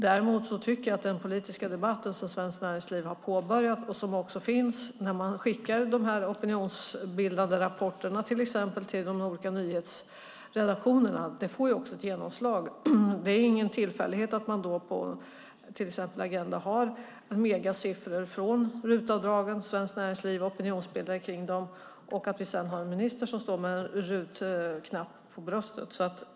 Däremot tycker jag att den politiska debatten som Svenskt Näringsliv har påbörjat och som också finns när man skickar de här opinionsbildande rapporterna till exempel till de olika nyhetsredaktionerna också får genomslag. Det är ingen tillfällighet att man på till exempel Agenda har Almegasiffror från RUT-avdragen, att Svenskt Näringsliv opinionsbildar kring dem och att vi sedan har en minister som står med en RUT-knapp på bröstet.